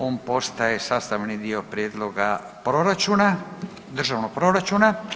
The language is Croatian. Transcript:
On postaje sastavni dio prijedloga proračuna, državnog proračuna.